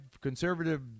conservative